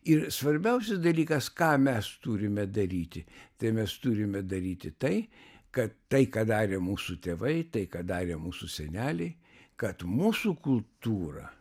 ir svarbiausias dalykas ką mes turime daryti tai mes turime daryti tai kad tai ką darė mūsų tėvai tai ką darė mūsų seneliai kad mūsų kultūra